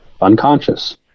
unconscious